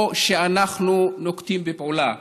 או שאנחנו נוקטים פעולה.